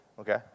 Okay